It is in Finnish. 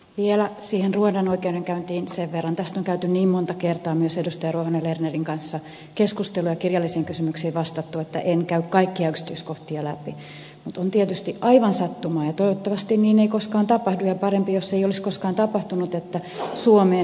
vielä siihen ruandan oikeudenkäyntiin sen verran tästä on käyty niin monta kertaa myös edustaja ruohonen lernerin kanssa keskustelua ja kirjallisiin kysymyksiin vastattu että en käy kaikkia yksityiskohtia läpi että tämä on tietysti aivan sattumaa ja toivottavasti niin ei koskaan tapahdu ja parempi jos ei olisi koskaan tapahtunut että suomeen osuu tällainen tilanne